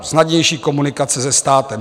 Snadnější komunikace se státem.